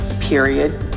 Period